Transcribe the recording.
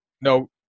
no